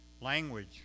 language